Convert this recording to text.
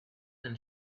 and